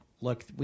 Look